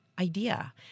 idea